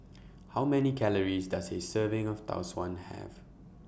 How Many Calories Does A Serving of Tau Suan Have